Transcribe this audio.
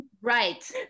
right